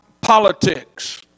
politics